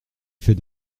fait